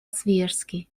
свияжский